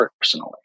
personally